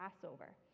Passover